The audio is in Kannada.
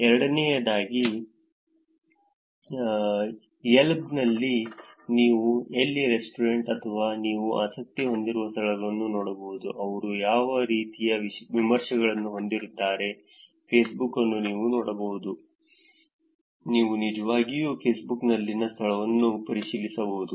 ಎರಡನೆಯದಾಗಿ ಯೆಲ್ಪ್ ನಲ್ಲಿ ನೀವು ಎಲ್ಲಿ ರೆಸ್ಟೋರೆಂಟ್ ಅಥವಾ ನೀವು ಆಸಕ್ತಿ ಹೊಂದಿರುವ ಸ್ಥಳಗಳನ್ನು ನೋಡಬಹುದು ಅವರು ಯಾವ ರೀತಿಯ ವಿಮರ್ಶೆಗಳನ್ನು ಹೊಂದಿದ್ದಾರೆ ಫೇಸ್ಬುಕ್ ಅನ್ನು ನೀವು ನೋಡಬಹುದು ನೀವು ನಿಜವಾಗಿಯೂ ಫೇಸ್ಬುಕ್ನಲ್ಲಿನ ಸ್ಥಳವನ್ನು ಪರಿಶೀಲಿಸಬಹುದು